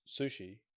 sushi